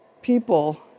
People